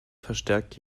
verstärkt